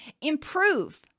Improve